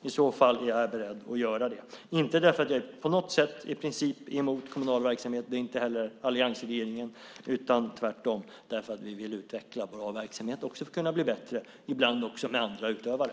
I så fall är jag beredd att göra det, inte därför att jag på något sätt i princip är emot kommunal verksamhet - det är inte heller alliansregeringen - utan tvärtom därför att vi vill utveckla bra verksamhet och också kunna bli bättre, ibland med andra utövare.